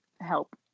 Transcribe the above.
help